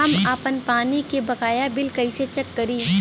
हम आपन पानी के बकाया बिल कईसे चेक करी?